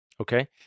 Okay